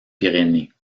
pyrénées